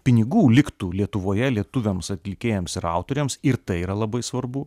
pinigų liktų lietuvoje lietuviams atlikėjams ir autoriams ir tai yra labai svarbu